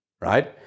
Right